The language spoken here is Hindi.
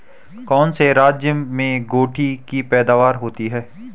कौन से राज्य में गेंठी की पैदावार होती है?